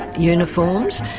uniforms,